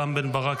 רם בן ברק,